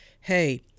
hey